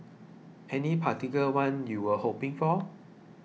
any particular one you were hoping for